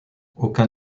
aucun